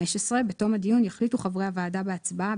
15. בתום הדיון יחליטו חברי הוועדה בהצבעה,